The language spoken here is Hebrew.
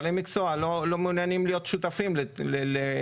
בעלי מקצוע לא מעוניינים להיות שותפים לשולחן